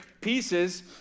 pieces